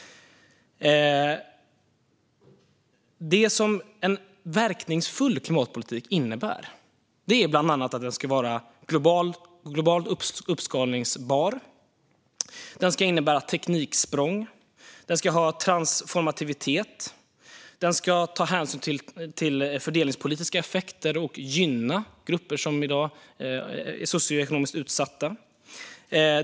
En verkningsfull klimatpolitik ska bland annat vara globalt uppskalbar, innebära tekniksprång, ha transformativitet, ta hänsyn till fördelningspolitiska effekter och gynna grupper som i dag är socioekonomiskt utsatta.